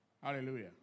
Hallelujah